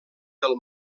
del